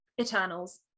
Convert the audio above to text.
Eternals